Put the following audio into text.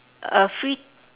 uh free